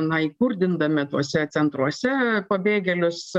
na įkurdindami tuose centruose pabėgėlius